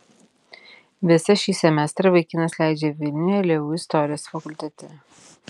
visą šį semestrą vaikinas leidžia vilniuje leu istorijos fakultete